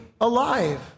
alive